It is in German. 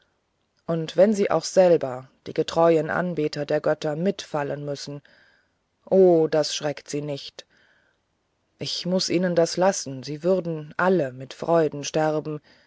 und wenn sie auch selber die getreuen anbeter der götter mitfallen müssen o das schreckt sie nicht ich muß ihnen das lassen sie würden alle mit freuden sterben